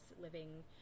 living